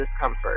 discomfort